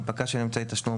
"הנפקה" של אמצעי תשלום,